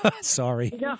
sorry